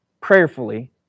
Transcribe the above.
prayerfully